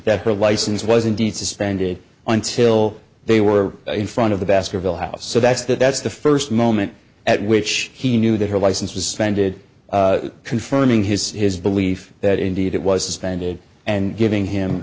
that her license was indeed suspended until they were in front of the baskerville house so that's that that's the first moment at which he knew that her license was suspended confirming his his belief that indeed it was suspended and giving him